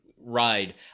ride